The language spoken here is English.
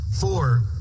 four